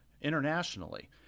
internationally